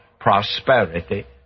prosperity